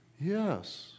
Yes